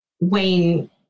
Wayne